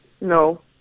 No